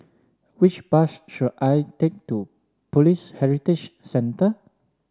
which bus should I take to Police Heritage Centre